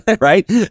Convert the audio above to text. right